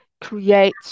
create